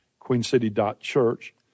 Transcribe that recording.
queencity.church